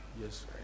yes